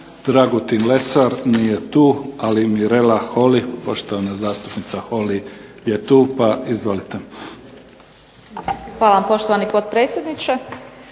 Dragutin Lesar. Nije tu. Ali Mirela Holy, poštovana zastupnica Holy je tu, pa izvolite. **Holy, Mirela (SDP)** Hvala poštovani potpredsjedniče.